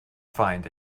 find